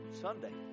Sunday